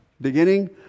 Beginning